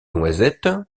noisette